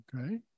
Okay